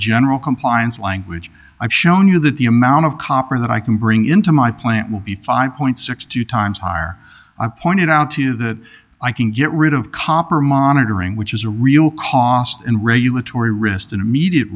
general compliance language i've shown you that the amount of copper that i can bring into my plant will be five point six two times higher i pointed out to you that i can get rid of copper monitoring which is a real cost and regulatory rist an immediate